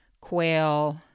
quail